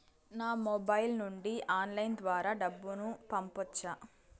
నా మొబైల్ నుండి ఆన్లైన్ ద్వారా డబ్బును పంపొచ్చా